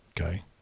okay